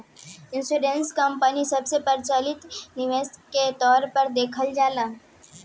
insurance company सबसे प्रचलित निवेश के तौर पर देखल जाला